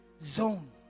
zone